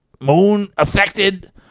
moon-affected